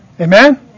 Amen